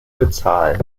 bezahlen